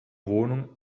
wohnung